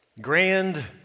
grand